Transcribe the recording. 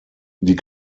die